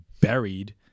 buried